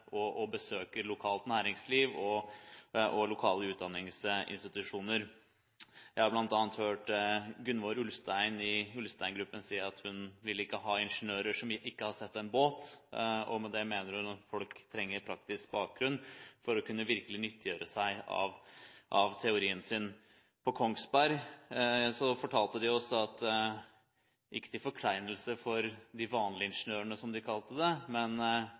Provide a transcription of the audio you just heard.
og besøker lokalt næringsliv og lokale utdanningsinstitusjoner. Jeg har bl.a. hørt Gunvor Ulstein i Ulstein Group si at hun ikke vil ha ingeniører som ikke har sett en båt. Med det mener hun at folk trenger praktisk bakgrunn for å kunne virkelig nyttiggjøre seg av teorien sin. På Kongsberg fortalte de oss at – ikke til forkleinelse for de vanlige ingeniørene, som de kalte det